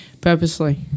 Purposely